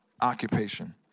occupation